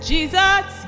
Jesus